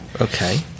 Okay